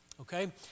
okay